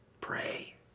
pray